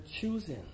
choosing